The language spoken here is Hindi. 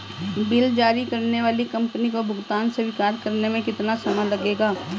बिल जारी करने वाली कंपनी को भुगतान स्वीकार करने में कितना समय लगेगा?